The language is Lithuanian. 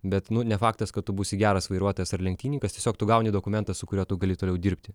bet nu ne faktas kad tu būsi geras vairuotojas ar lenktynininkas tiesiog tu gauni dokumentą su kuriuo tu gali toliau dirbti